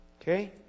Okay